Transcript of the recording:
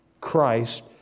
Christ